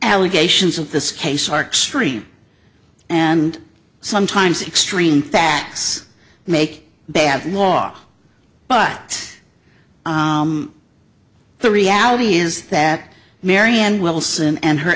allegations of this case are stream and sometimes extreme facts make bad law but the reality is that marion wilson and her